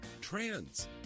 Trans